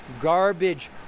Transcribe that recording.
garbage